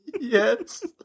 Yes